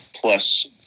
plus